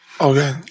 Okay